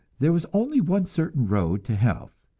there was only one certain road to health,